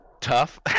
tough